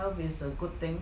it is a good thing